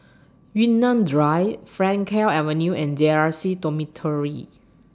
Yunnan Drive Frankel Avenue and J R C Dormitory